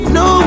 no